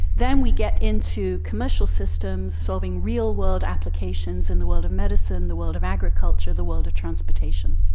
then we get into commercial systems, solving real-world applications in the world of medicine, the world of agriculture, the world of transportation.